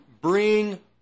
bring